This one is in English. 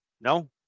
No